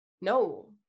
no